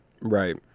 Right